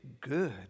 good